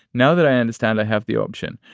now that i understand, i have the option.